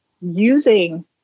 using